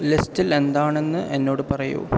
ലിസ്റ്റിൽ എന്താണെന്ന് എന്നോട് പറയൂ